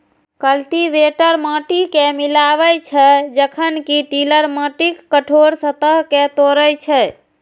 cultivator माटि कें मिलाबै छै, जखन कि टिलर माटिक कठोर सतह कें तोड़ै छै